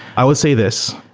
i will say this.